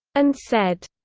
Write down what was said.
and said,